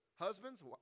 husbands